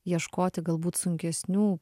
ieškoti galbūt sunkesnių